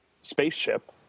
spaceship